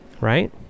right